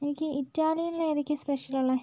എനിക്ക് ഇറ്റാലിയൻൽ ഏതൊക്കെയാണ് സ്പെഷ്യൽ ഉള്ളത്